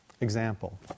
Example